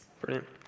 Brilliant